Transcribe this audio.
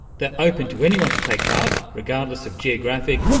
they're open to anyone to take part, regardless of geographic,